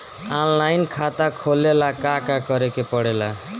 Online खाता खोले ला का का करे के पड़े ला?